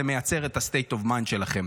זה מייצר את ה-state of mind שלכם,